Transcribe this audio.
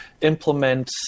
implement